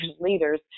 leaders